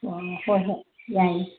ꯑꯣ ꯍꯣꯏ ꯍꯣꯏ ꯌꯥꯏꯌꯦ